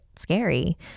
scary